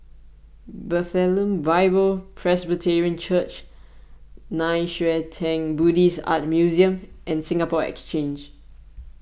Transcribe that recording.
Bethlehem Bible Presbyterian Church Nei Xue Tang Buddhist Art Museum and Singapore Exchange